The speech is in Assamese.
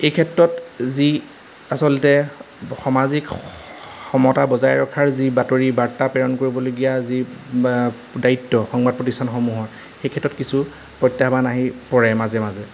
এই ক্ষেত্ৰত যি আচলতে সামাজিক সমতা বজাই ৰখাৰ যি বাতৰি বাৰ্তা প্ৰেৰণ কৰিবলগীয়া যি দায়িত্ব সংবাদ প্ৰতিষ্ঠানসমূহৰ সেই ক্ষেত্ৰত কিছু প্ৰত্যাহ্বান আহি পৰে মাজে মাজে